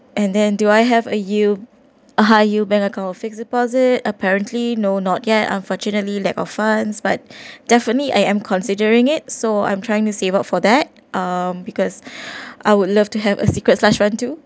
and then do I have a yield a high yield bank account of fixed deposit apparently no not yet unfortunately lack of funds but definitely I am considering it so I'm trying to save up for that um because I would love to have a secret slash fund too